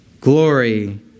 glory